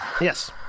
Yes